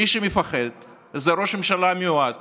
מי שמפחד הוא ראש הממשלה המיועד